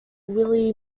willie